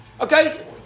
Okay